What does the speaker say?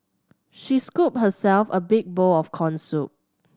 she scooped herself a big bowl of corn soup